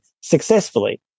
successfully